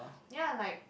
ya like